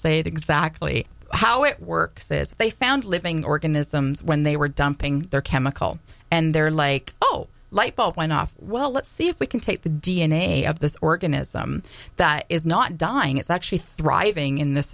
say exactly how it works is they found living organisms when they were dumping their chemical and they're like oh light bulb went off well let's see if we can take the d n a of this organism that is not dying it's actually thriving in this